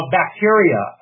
bacteria